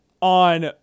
on